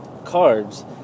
cards